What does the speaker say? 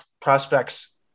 prospect's